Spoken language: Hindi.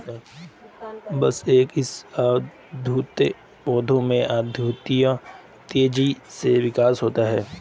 बांस के इस अद्भुत पौधे में अद्वितीय तेजी से विकास होता है